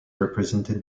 represented